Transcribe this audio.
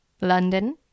London